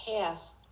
past